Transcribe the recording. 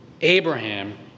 Abraham